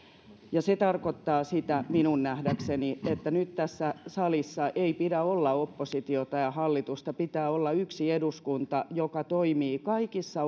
se tarkoittaa minun nähdäkseni sitä että nyt tässä salissa ei pidä olla oppositiota ja hallitusta vaan pitää olla yksi eduskunta joka toimii kaikissa